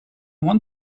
want